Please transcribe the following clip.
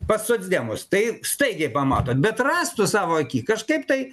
pas socdemus tai staigiai pamatot bet rasto savo aky kažkaip tai